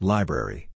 Library